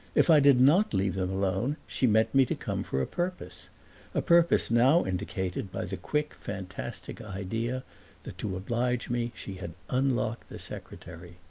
if i did not leave them alone she meant me to come for a purpose a purpose now indicated by the quick, fantastic idea that to oblige me she had unlocked the secretary.